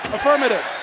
Affirmative